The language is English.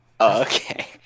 Okay